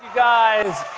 guys,